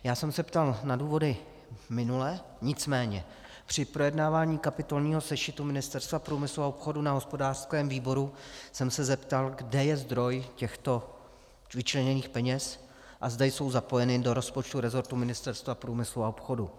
Já jsem se ptal na důvody minule, nicméně při projednávání kapitolního sešitu Ministerstva průmyslu a obchodu na hospodářském výboru jsem se zeptal, kde je zdroj těchto vyčleněných peněz a zda jsou zapojeny do rozpočtu resortu Ministerstva průmyslu a obchodu.